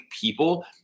people